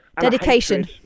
dedication